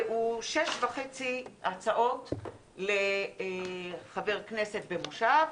הוא 6.5 הצעות לחבר כנסת במושב.